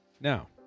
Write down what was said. Now